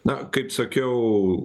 na kaip sakiau